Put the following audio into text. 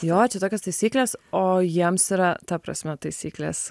jo čia tokios taisyklės o jiems yra ta prasme taisyklės